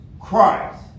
Christ